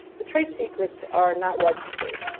the trade secrets are not registered.